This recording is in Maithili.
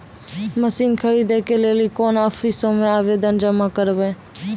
मसीन खरीदै के लेली कोन आफिसों मे आवेदन जमा करवै?